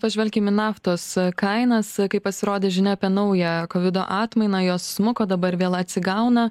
pažvelkim į naftos kainas kai pasirodė žinia apie naują kovido atmainą jos smuko dabar vėl atsigauna